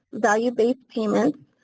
value-based payments,